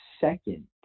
second